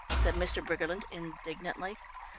said mr. briggerland indignantly.